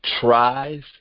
tries